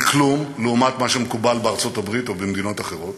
היא כלום לעומת מה שמקובל בארצות-הברית ובמדינות אחרות,